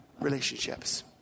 relationships